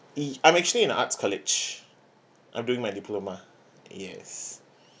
ye~ I'm actually in an arts college I'm doing my diploma yes